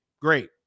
great